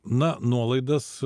na nuolaidas